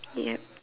yup